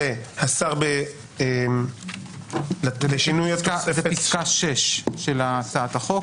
שזה --- זה פסקה 6 של הצעת החוק.